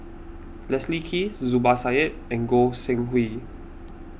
Leslie Kee Zubir Said and Goi Seng Hui